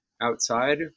outside